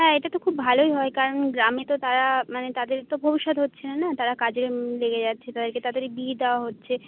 হ্যাঁ এটা তো খুব ভালোই হয় কারণ গ্রামে তো তারা মানে তাদের তো ভবিষ্যৎ হচ্ছে না না তারা কাজে লেগে যাচ্ছে তাদেরকে তাদের বিয়ে দেওয়া হচ্ছে